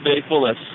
faithfulness